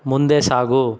ಮುಂದೆ ಸಾಗು